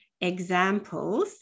examples